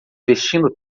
vestindo